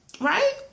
right